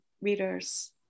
readers